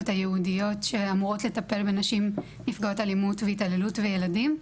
הייעודיות שאמורות לטפל בנשים נפגעות אלימות והתעללות וילדים.